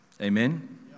Amen